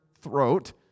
throat